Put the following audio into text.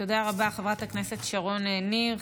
תודה רבה, חברת הכנסת שרון ניר.